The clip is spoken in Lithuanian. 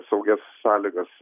saugias sąlygas